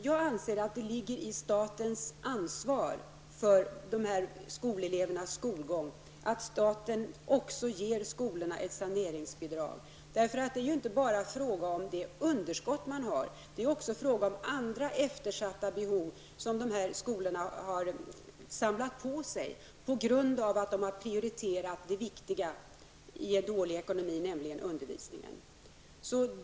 Jag anser att det vilar på statens ansvar för dessa elevers skolgång att även ge skolorna ett saneringsbidrag. Det är inte bara fråga om det underskott man har. Det är också fråga om andra eftersatta behov som dessa skolor har samlat på sig på grund av att de har prioriterat det viktigaste i en dålig ekonomi, nämligen undervisningen.